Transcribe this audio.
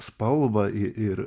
spalvą ir